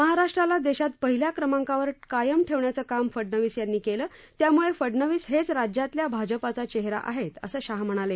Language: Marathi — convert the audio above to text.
महाराष्ट्राला देशात पहिल्या क्रमांकावर कायम ठेवण्याचं काम फडनवीस यांनी केलं त्याम्ळे फडनवीस हेच राज्यातल्या भाजपाचा चेहरा आहेत असं शाह म्हणाले